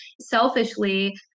selfishly